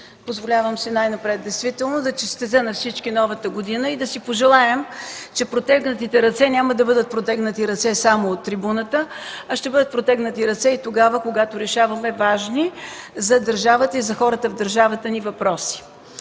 позволявам си най-напред да честитя на всички новата година и да си пожелаем, че протегнатите ръце няма да бъдат протегнати ръце само от трибуната, а ще бъдат протегнати ръце и тогава, когато решаваме важни за държавата и за хората в държавата ни въпроси.